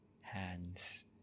hands